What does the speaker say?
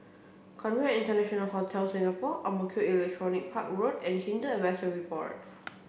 Conrad International Hotel Singapore Ang Mo Kio Electronics Park Road and Hindu Advisory Board